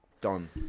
Done